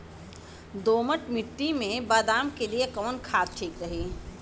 दोमट मिट्टी मे बादाम के लिए कवन खाद ठीक रही?